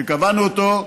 וקבענו אותו: